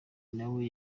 nawe